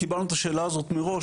קיבלנו את השאלה הזאת מראש,